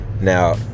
Now